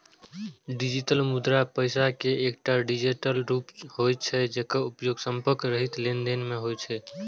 digital मुद्रा पैसा के एकटा डिजिटल रूप होइ छै, जेकर उपयोग संपर्क रहित लेनदेन मे होइ छै